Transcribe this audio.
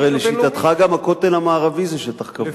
הרי לשיטתך גם הכותל המערבי זה שטח כבוש.